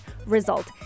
Result